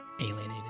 alienated